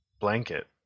blanket